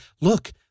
look